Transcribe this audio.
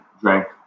drank